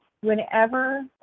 whenever